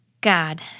God